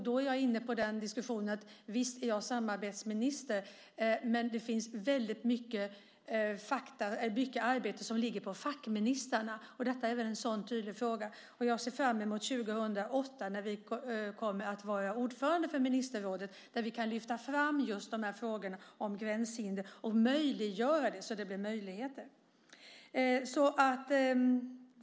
Då är jag inne på den diskussionen att visst är jag samarbetsminister, men det är väldigt mycket arbete som ligger på fackministrarna, och detta är en sådan tydlig fråga. Jag ser fram mot 2008 när vi kommer att vara ordförande i ministerrådet, där vi kan lyfta fram just de här frågorna om gränshinder och skapa möjligheter.